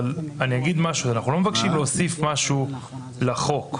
אבל אנחנו לא מבקשים להוסיף משהו לחוק.